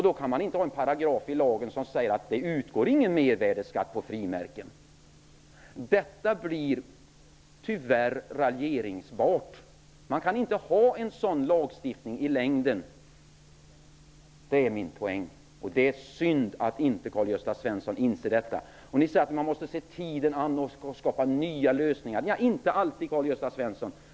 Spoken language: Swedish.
Då kan man inte ha en paragraf i lagen som säger att det inte utgår någon mervärdesskatt på frimärken. Det blir tyvärr möjligt att raljera med detta förslag. Min poäng är att man inte kan ha en sådan lagstiftning i längden. Det är synd att Karl-Gösta Svenson inte inser detta. Ni säger att man måste se tiden an och skapa nya lösningar. Nej, inte alltid, Karl-Gösta Svenson.